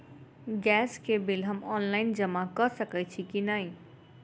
Gas केँ bill हम online जमा कऽ सकैत छी की नै?